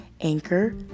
Anchor